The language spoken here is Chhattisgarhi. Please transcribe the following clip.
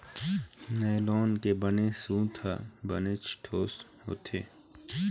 नायलॉन के बने सूत ह बनेच ठोस होथे